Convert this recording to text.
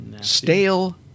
Stale